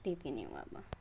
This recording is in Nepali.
त्यति नै हो अब